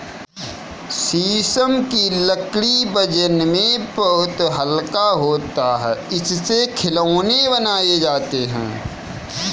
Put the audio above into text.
शीशम की लकड़ी वजन में बहुत हल्का होता है इससे खिलौने बनाये जाते है